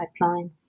pipeline